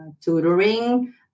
tutoring